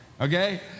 Okay